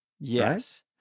yes